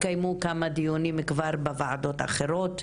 התקיימו כמה דיונים כבר בוועדות אחרות.